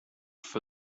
for